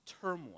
turmoil